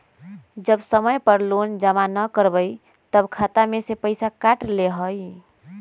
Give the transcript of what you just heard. जब समय पर लोन जमा न करवई तब खाता में से पईसा काट लेहई?